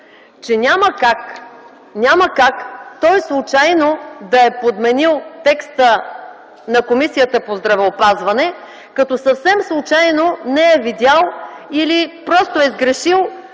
че няма как той случайно да е подменил текста на Комисията по здравеопазването, като съвсем случайно не е видял или просто е сгрешил